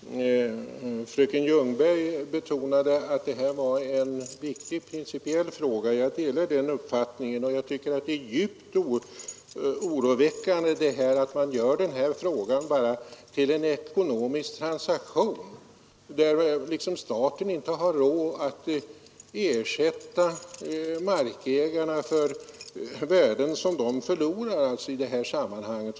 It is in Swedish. Fru talman! Fröken Ljungberg betonade att det här var en viktig principiell fråga. Jag delar den uppfattningen. Jag tycker att det är djupt oroväckande att man gör den här frågan bara till en ekonomisk transaktion, där staten inte har råd att ersätta markägarna för värden som dessa förlorar i det här sammanhanget.